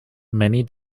many